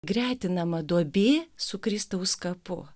gretinama duobė su kristaus kapu